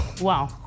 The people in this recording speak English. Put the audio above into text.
Wow